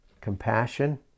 Compassion